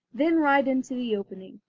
then ride into the opening,